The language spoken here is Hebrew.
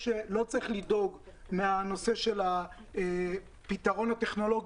שלא צריך לדאוג בגלל הנושא של הפתרון הטכנולוגי,